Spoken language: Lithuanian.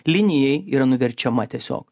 linijai yra nuverčiama tiesiog